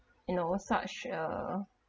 you know such a